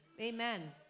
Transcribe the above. Amen